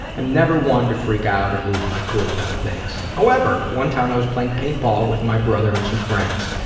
am never one to freak out or lose my cool about things. however, one time i was playing paintball with my brother and some friends.